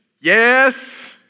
Yes